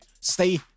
Stay